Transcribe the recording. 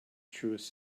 truest